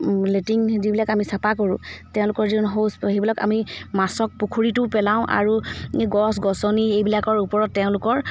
latrine স যিবিলাক আমি চাফা কৰোঁ তেওঁলোকৰ যি শৌচ সেইবিলাক আমি মাছক পুখুৰীতো পেলাও আৰু গছ গছনি এইবিলাকৰ ওপৰত তেওঁলোকৰ